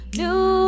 new